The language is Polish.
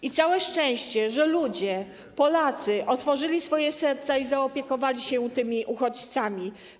I całe szczęście, że ludzie, Polacy otworzyli swoje serca i zaopiekowali się tymi uchodźcami.